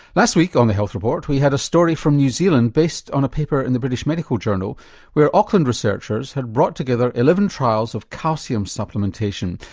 last week on the health report we had a story from new zealand based on a paper in the british medical journal where auckland researchers have brought together eleven trials of calcium supplementation.